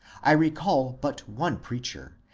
i recall but one preacher,